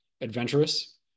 adventurous